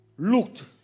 looked